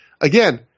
again